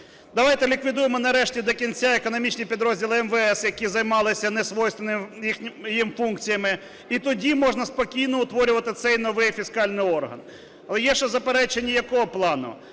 давайте ліквідуємо нарешті до кінця економічні підрозділи МВС, які займалися несвойственными їм функціями, і тоді можна спокійно утворювати цей новий фіскальний орган. Є ще заперечення якого плану.